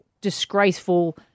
disgraceful